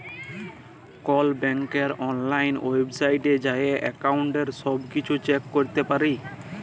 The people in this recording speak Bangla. কল ব্যাংকের অললাইল ওয়েবসাইটে যাঁয়ে এক্কাউল্টের ছব কিছু চ্যাক ক্যরতে পারি